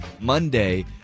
Monday